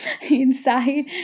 inside